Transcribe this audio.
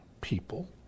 people